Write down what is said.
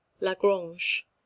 Lagrange